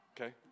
okay